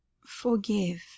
forgive